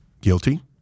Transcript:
guilty